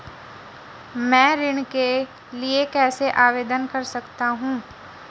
मैं ऋण के लिए कैसे आवेदन कर सकता हूं?